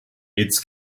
its